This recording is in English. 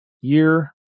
year